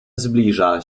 zbliża